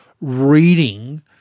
reading